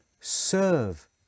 serve